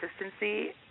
consistency